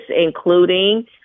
including